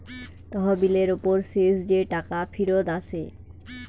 তহবিলের উপর শেষ যে টাকা ফিরত আসে